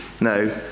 No